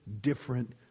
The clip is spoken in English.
different